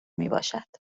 میباشد